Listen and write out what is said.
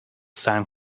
san